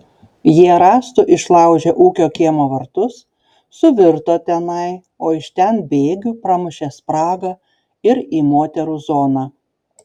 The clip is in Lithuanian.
jie rąstu išlaužė ūkio kiemo vartus suvirto tenai o iš ten bėgiu pramušė spragą ir į moterų zoną